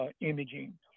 imaging